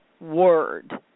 word